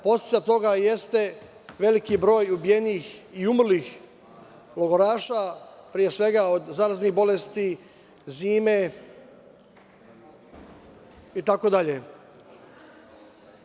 Posledica toga jeste veliki broj ubijenih i umrlih logoraša, pre svega od zaraznih bolesti, zime itd.